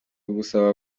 gusaba